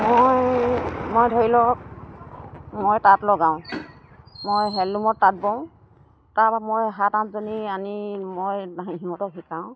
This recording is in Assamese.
মই মই ধৰি লওক মই তাঁত লগাওঁ মই হেণ্ডলু'মৰ তাঁত বওঁ তাৰপৰা মই সাত আঠজনী আনি মই সিহঁতক শিকাওঁ